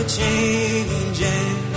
changing